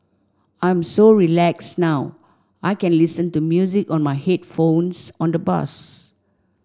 I'm so relaxed now I can listen to music on my headphones on the bus